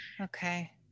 Okay